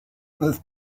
this